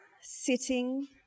sitting